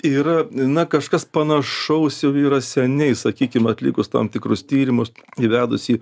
yra na kažkas panašaus jau yra seniai sakykim atlikus tam tikrus tyrimus įvedus į